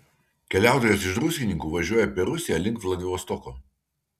keliautojas iš druskininkų važiuoja per rusiją link vladivostoko